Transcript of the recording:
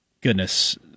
goodness